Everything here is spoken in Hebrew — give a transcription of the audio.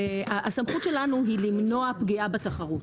הסמכות שלנו היא למנוע פגיעה בתחרות,